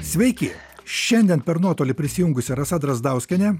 sveiki šiandien per nuotolį prisijungusi rasa drazdauskienė